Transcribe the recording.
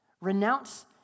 Renounce